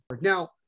Now